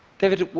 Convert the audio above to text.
david,